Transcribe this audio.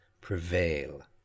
Prevail